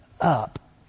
up